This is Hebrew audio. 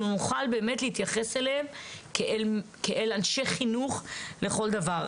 נוכל באמת להתייחס אליהן כאל אנשי חינוך לכל דבר.